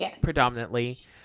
predominantly